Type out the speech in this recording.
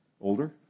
older